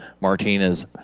Martinez